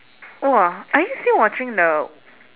!wah! are you still watching the